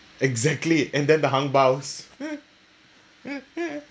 exactly and then the ang pows